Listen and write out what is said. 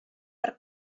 per